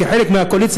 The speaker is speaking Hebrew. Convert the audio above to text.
כחלק מהקואליציה,